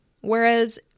Whereas